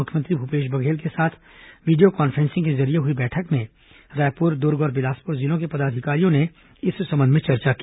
मुख्यमंत्री भूपेश बघेल के साथ वीडियो कॉन्फ्रेंसिंग के जरिये हुई बैठक में रायपुर दुर्ग और बिलासपुर जिलों के पदाधिकारियों ने इस संबंध में चर्चा की